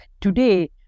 today